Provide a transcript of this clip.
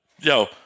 Yo